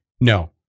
no